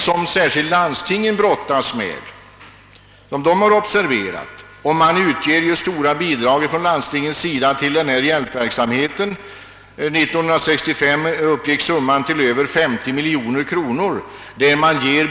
Särskilt landstingen brottas med detta problem. Landstingen utger också stora bidrag till denna hjälpverksamhet. Under 1965 uppgick summan till över 50 miljoner kronor.